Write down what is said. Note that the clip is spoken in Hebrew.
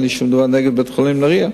אין לי שום דבר נגד בית-חולים נהרייה,